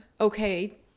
okay